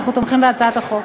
אנחנו תומכים בהצעת החוק.